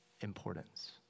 importance